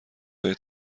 های